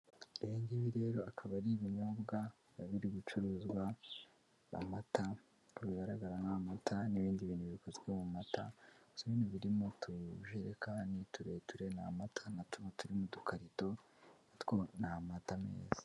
Ibi ngibi rero akaba ari ibinyobwa biba biri gucuruzwa, ni amata, bigaragara nk'amata n'ibindi bintu bikozwe mu mata, gusa nyine biri mu tujerekani tureture ni amata, na tumwe turi mu dukarito two ni amata meza.